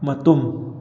ꯃꯇꯨꯝ